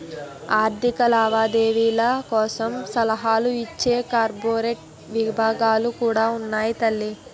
ఆర్థిక లావాదేవీల కోసం సలహాలు ఇచ్చే కార్పొరేట్ విభాగాలు కూడా ఉన్నాయి తల్లీ